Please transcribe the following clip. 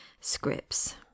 Scripts